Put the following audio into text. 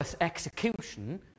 execution